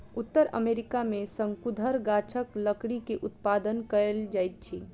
उत्तर अमेरिका में शंकुधर गाछक लकड़ी के उत्पादन कायल जाइत अछि